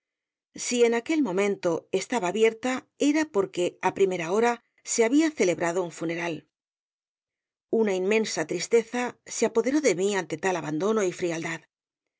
si en aquel momento estaba abierta era por que á primera hora se había celebrado un funeral una inmensa tristeza se apoderó de mí ante tal abandono y frialdad